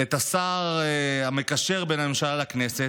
את השר המקשר בין הממשלה לכנסת,